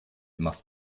must